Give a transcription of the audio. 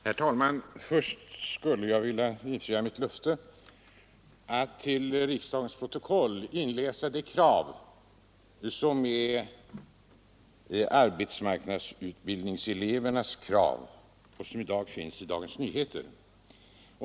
Herr talman! Först skulle jag vilja infria mitt löfte att till riksdagens protokoll inläsa de krav som eleverna i arbetsmarknadsutbildningen framställt och som i dag finns att läsa i Dagens Nyheter.